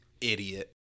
idiot